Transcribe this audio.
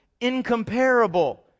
incomparable